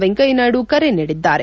ವೆಂಕಯ್ಯನಾಯ್ತು ಕರೆ ನೀಡಿದ್ದಾರೆ